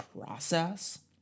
process